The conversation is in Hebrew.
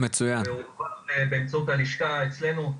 באמצעות הלשכה אצלנו,